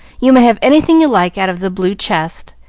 you may have anything you like out of the blue chest.